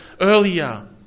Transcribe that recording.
earlier